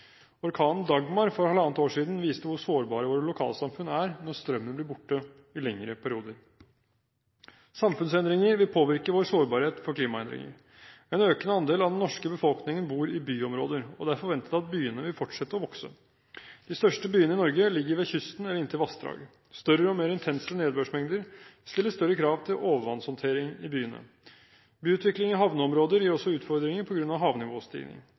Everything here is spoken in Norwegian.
Orkanen «Dagmar» for halvannet år siden viste hvor sårbare våre lokalsamfunn er når strømmen blir borte i lengre perioder. Samfunnsendringer vil påvirke vår sårbarhet for klimaendringer. En økende andel av den norske befolkningen bor i byområder, og det er forventet at byene vil fortsette å vokse. De største byene i Norge ligger ved kysten eller inntil vassdragene. Større og mer intense nedbørsmengder stiller større krav til overvannshåndtering i byene. Byutvikling i havneområder gir også utfordringer